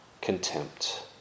contempt